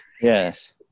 Yes